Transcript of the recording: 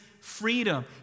freedom